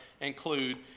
include